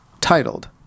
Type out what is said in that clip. titled